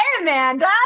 Amanda